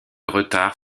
retard